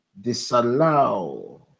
disallow